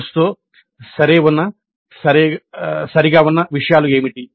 కోర్సుతో సరే ఉన్న విషయాలు ఏమిటి